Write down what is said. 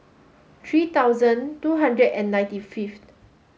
three thousand two hundred and ninety fifth